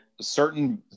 certain